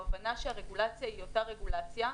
או הבנה שהרגולציה היא אותה רגולציה.